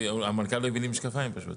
אם צריך או לא צריך,